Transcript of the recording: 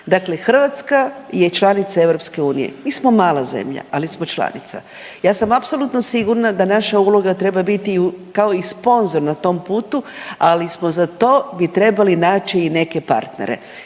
Dakle, Hrvatska je članica EU, mi smo mala zemlja, ali smo članica, ja sam apsolutno sigurna da naša uloga treba biti kao i sponzor na tom putu, ali smo za to mi trebali naći i neke partnere.